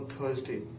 Thursday